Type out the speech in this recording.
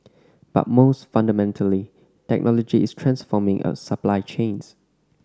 but most fundamentally technology is transforming a supply chains